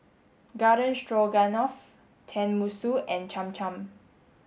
Garden Stroganoff Tenmusu and Cham Cham